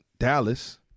Dallas